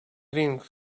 drink